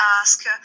ask